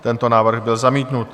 Tento návrh byl zamítnut.